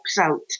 out